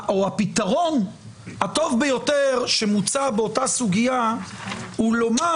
הפתרון הטוב ביותר שמוצע באותה הסוגיה הוא לומר